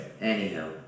Anyhow